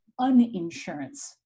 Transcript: uninsurance